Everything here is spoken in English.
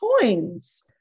coins